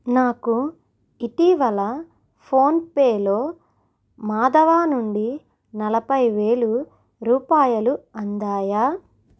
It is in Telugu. నాకు ఇటీవల ఫోన్పేలో మాధవ నుండి నలభై వేలు రూపాయలు అందాయా